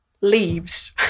leaves